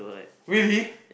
really